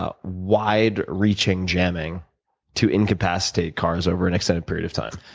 ah wide reaching jamming to incapacitate cars over an extended period of time?